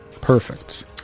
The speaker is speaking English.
Perfect